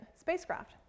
spacecraft